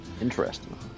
Interesting